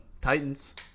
Titans